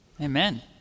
Amen